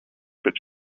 but